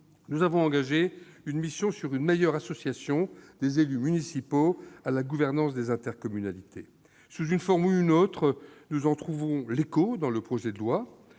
nous avons engagé une mission pour mieux associer les élus municipaux à la gouvernance des intercommunalités. Sous une forme ou une autre, nous en trouvons l'écho dans ce texte dans